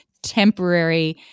temporary